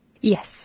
Yes